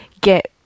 get